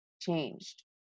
changed